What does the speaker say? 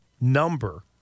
number